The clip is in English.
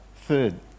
third